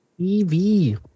TV